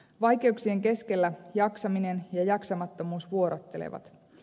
vaikeuksien keskellä jaksaminen ja jaksamattomuus vuorottelevat